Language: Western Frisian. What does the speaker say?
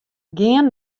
gean